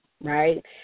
right